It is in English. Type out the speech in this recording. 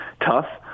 tough